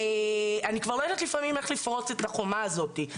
אני כבר לא יודעת לפעמים איך לפרוץ את החומה הזאת,